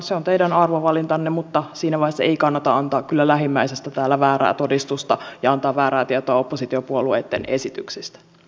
se on teidän arvovalintanne mutta siinä vaiheessa ei kannata antaa kyllä lähimmäisestä täällä väärää todistusta ja antaa väärää tietoa oppositiopuolueitten esityksistä